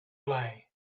play